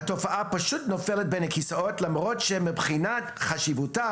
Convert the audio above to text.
התופעה נופלת בין הכיסאות למרות שמבחינת חשיבותה